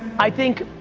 i think,